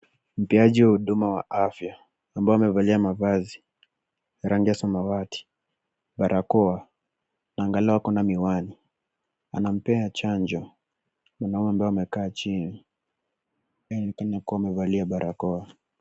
Mtoaji wa huduma ya afya ambao amevalia mavazi ya rangi ya samawati, barakoa na angalau ako na miwani. Anampea chanjo mwanaume ambaye amekaa chini, ameonekana kuwa amevalia barakoa.